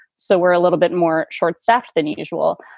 so we're a little bit more short staffed than usual.